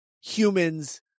humans